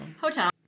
Hotel